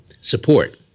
support